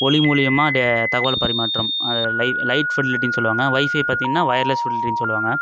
ஒளி மூலிமா அதை தகவலை பரிமாற்றம் லை லைட் ஃபெடலிட்டினு சொல்லுவாங்க வைஃபை பார்த்திங்கன்னா வொயர்லெஸ் ஃபெட்லிட்டினு சொல்லுவாங்க